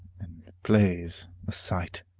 and plays a sight,